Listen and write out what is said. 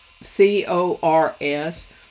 C-O-R-S